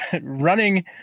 running